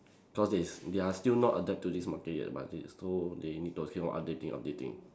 cause they s~ they are still not adapt to this market yet but they so they need to keep on updating updating